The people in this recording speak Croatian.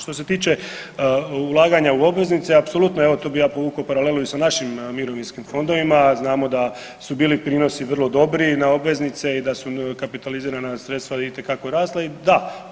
Što se tiče ulaganja u obveznice, apsolutno evo, tu bi ja povukao paralelu i sa našim mirovinskim fondovima, znamo da su bili prinosi vrlo dobri na obveznice i da su kapitalizirana sredstva itekako rasla i da.